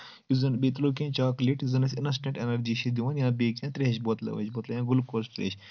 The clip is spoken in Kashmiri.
یُس زَن بیٚیہِ تُلو کینٛہہ چاکلیٹ یُس زَن اسہِ اِنَسٹَنٛٹ ایٚنَرجی چھِ دِوان یا بیٚیہِ کینٛہہ ترٛیش بوتلہٕ ویش بوتلہٕ یا گُلکوز ترٛیش